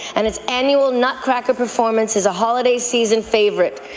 and its annual nutcracker performance is a holiday season favourite.